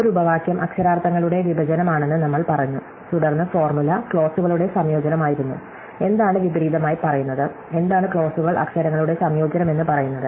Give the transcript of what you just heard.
ഒരു ഉപവാക്യം അക്ഷരാർത്ഥങ്ങളുടെ വിഭജനമാണെന്ന് നമ്മൾ പറഞ്ഞു തുടർന്ന് ഫോർമുല ക്ലോസുകളുടെ സംയോജനമായിരുന്നു എന്താണ് വിപരീതമായി പറയുന്നത് എന്താണ് ക്ലോസുകൾ അക്ഷരങ്ങളുടെ സംയോജനമെന്ന് പറയുന്നത്